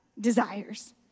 desires